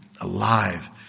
alive